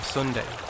Sunday